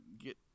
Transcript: get